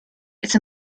it’s